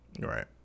Right